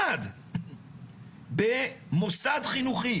במוסד חינוכי.